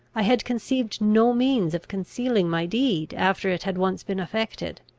i had conceived no means of concealing my deed, after it had once been effected.